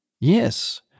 Yes